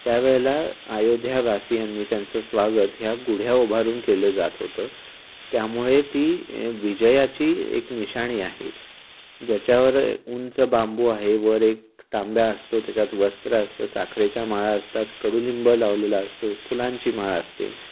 त्यावेळेला आयोध्यावासीयांनी त्यांचं स्वागत ह्या गुढ्या उभारून केलं जात होतं त्यामुळे ती विजयाची एक निशाणी आहे ज्याच्यावर उंच बांबू आहे वर एक तांब्या असतो त्याच्यात वस्त्र असतं साखरेच्या माळा असतात कडुलिंब लावलेला असतो फुलांची माळ असते